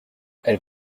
elles